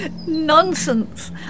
Nonsense